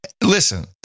Listen